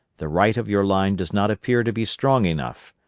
the right of your line does not appear to be strong enough.